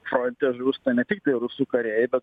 fronte žūsta ne tiktai rusų kariaibet